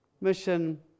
mission